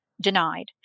denied